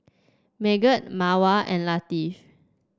Megat Mawar and Latif